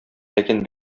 ләкин